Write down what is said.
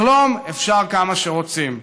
לחלום אפשר כמה שרוצים".